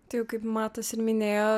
tai jau kaip matas ir minėjo